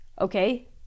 okay